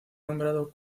nombrado